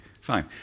Fine